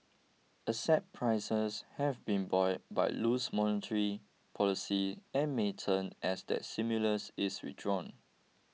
asset prices have been buoyed by loose monetary policy and may turn as that stimulus is withdrawn